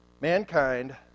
mankind